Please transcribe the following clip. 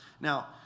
Now